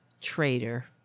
traitor